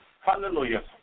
Hallelujah